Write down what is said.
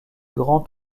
grand